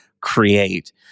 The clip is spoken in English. create